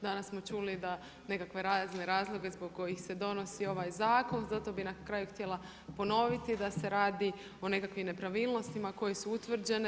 Danas smo čuli da nekakve razne razloge zbog kojih se donosi ovaj zakon, zato bi na kraju htjela ponoviti da se radi o nekakvim nepravilnostima koje su utvrđene.